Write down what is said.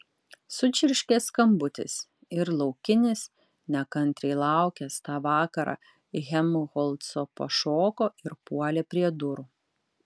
sučirškė skambutis ir laukinis nekantriai laukęs tą vakarą helmholco pašoko ir puolė prie durų